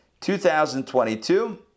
2022